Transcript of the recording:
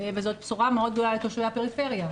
וזאת בשורה מאוד גדולה לתושבי הפריפריה,